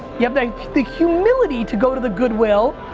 you have the the humility to go to the goodwill,